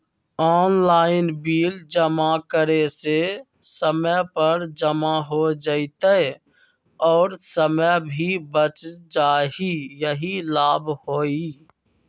Online bill जमा करे से समय पर जमा हो जतई और समय भी बच जाहई यही लाभ होहई?